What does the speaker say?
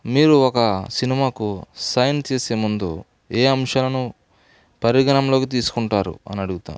మీరు ఒక సినిమాకు సైన్ చేసే ముందు ఏ అంశాలను పరిగణంలోకి తీసుకుంటారు అనడుగుతాను